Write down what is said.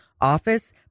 office